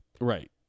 Right